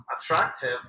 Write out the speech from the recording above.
Attractive